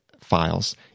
files